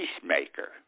peacemaker